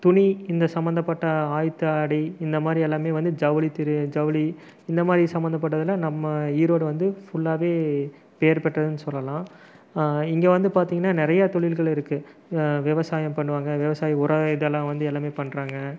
துணி இந்த சம்மந்தப்பட்ட ஆயத்த ஆடை இந்த மாதிரி எல்லாமே வந்து ஜவுளி திரு ஜவுளி இந்தமாதிரி சம்மந்தப்பட்டதில் நம்ம ஈரோடு வந்து ஃபுல்லாகவே பேர் பெற்றதுன்னு சொல்லலாம் இங்கே வந்து பார்த்தீங்கன்னா நிறையா தொழில்கள் இருக்குது விவசாயம் பண்ணுவாங்க விவசாயம் உர இதெல்லாம் வந்து எல்லாமே பண்ணுறாங்க